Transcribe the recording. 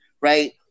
Right